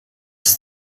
ist